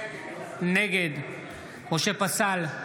נגד משה פסל,